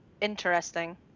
interesting